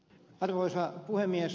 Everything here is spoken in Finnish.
arvoisa puhemies